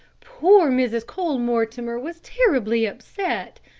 poor mrs. cole-mortimer was terribly upset.